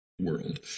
world